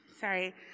Sorry